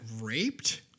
raped